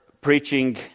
preaching